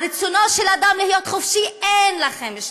על רצונו של אדם להיות חופשי אין לכם שליטה.